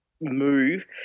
move